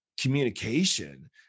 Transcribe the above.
communication